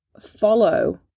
follow